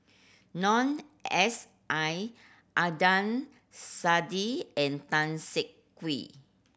Noor S I Adnan Saidi and Tan Siak Kue